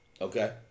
Okay